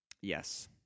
Yes